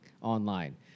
online